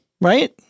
right